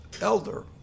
elder